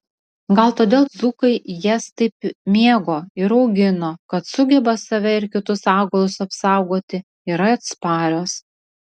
gal todėl dzūkai jas taip mėgo ir augino kad sugeba save ir kitus augalus apsaugoti yra atsparios